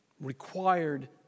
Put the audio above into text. required